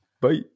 Bye